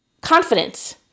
confidence